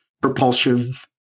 propulsive